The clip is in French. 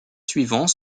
suivants